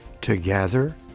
together